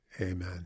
Amen